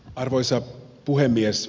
arvoisa puhemies